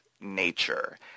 nature